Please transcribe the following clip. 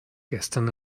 gestern